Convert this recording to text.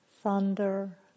thunder